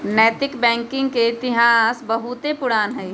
नैतिक बैंकिंग के इतिहास बहुते पुरान हइ